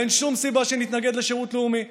ואין שום סיבה שנתנגד לשירות לאומי.